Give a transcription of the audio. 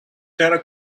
terra